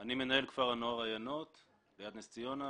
אני מנהל כפר הנוער עינות ליד נס ציונה,